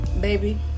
baby